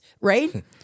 right